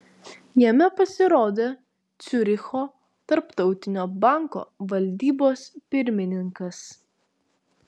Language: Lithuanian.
jame pasirodė ciuricho tarptautinio banko valdybos pirmininkas